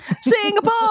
singapore